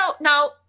no